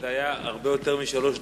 זה היה הרבה יותר משלוש דקות,